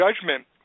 judgment